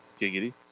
giggity